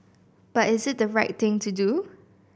but is it the right thing to do